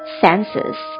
senses